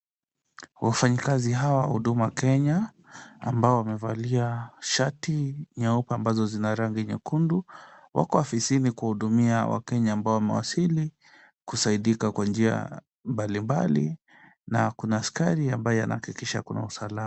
Wafanyikazi hawa huduma Kenya ambao wamevalia shati nyeupe ambazo zina rangi nyekundu wako ofisini kuwahudumia wakenya ambao wamewasili kusaidika kwa njia mbalimbali na kuna askari ambaye anahakikisha kuna usalama.